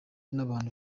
n’abantu